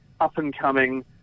up-and-coming